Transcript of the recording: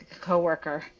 coworker